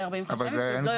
כי עוד לא יודעים שיש בעיה.